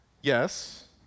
Yes